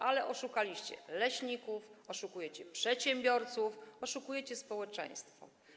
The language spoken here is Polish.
Ale oszukaliście leśników, oszukujecie przedsiębiorców, oszukujecie społeczeństwo.